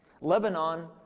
Lebanon